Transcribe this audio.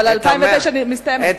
אבל 2009 מסתיימת.